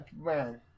man